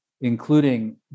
including